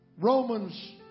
Romans